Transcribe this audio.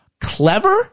clever